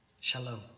Shalom